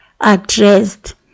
addressed